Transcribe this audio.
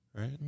Right